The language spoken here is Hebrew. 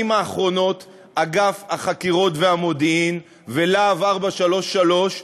האחרונות אגף החקירות והמודיעין ו"להב 433"